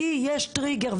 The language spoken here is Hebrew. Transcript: כי יש טריגר,